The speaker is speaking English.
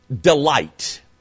delight